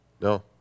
No